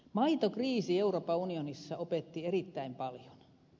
maitokriisi euroopan unionissa opetti erittäin paljon